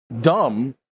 dumb